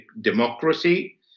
democracy